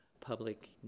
public